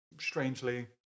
strangely